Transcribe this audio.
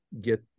get